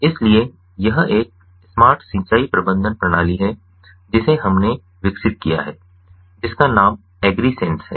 इसलिए यह एक स्मार्ट सिंचाई प्रबंधन प्रणाली है जिसे हमने विकसित किया है जिसका नाम एग्रीसेंस है